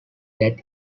that